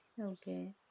Okay